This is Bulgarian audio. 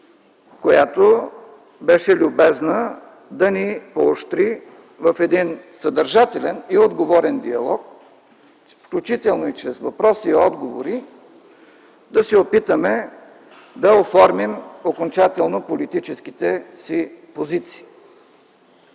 която беше любезна да ни поощри в един съдържателен и отговорен диалог, включително и чрез въпроси и отговори да се опитаме да оформим окончателно политическите си позиции.